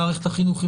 במערכת החינוך,